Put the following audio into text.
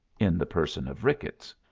in the person of ricketts.